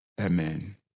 Amen